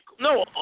no